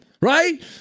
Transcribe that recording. right